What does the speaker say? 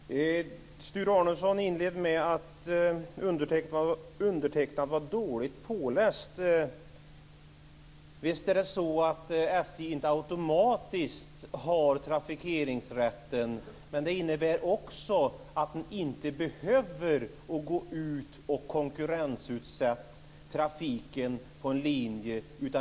Fru talman! Sture Arnesson inledde med att säga att jag var dåligt påläst. Visst är det så att SJ inte automatiskt har trafikeringsrätt, men det innebär också att man inte behöver gå ut och konkurrensutsätta trafiken på en linje.